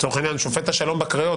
לצורך העניין שופט השלום בקריות,